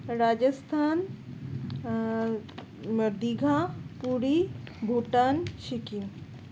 Rajasthan Digha Puri Bhutan Sikkim